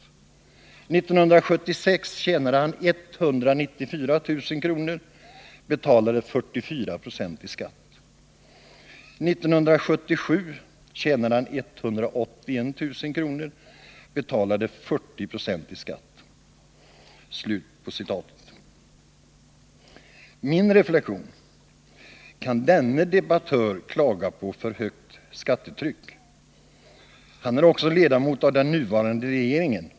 1976 tjänade han 194 000 kr betalade 44 procent i skatt. 1977 tjänade han 181 000 kr betalade 40 procent i skatt.” Min reflexion: Kan denne debattör klaga på högt skattetryck? Han är också medlem av den nuvarande regeringen.